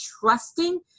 trusting